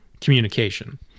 communication